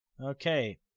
Okay